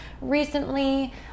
recently